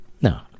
No